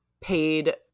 paid –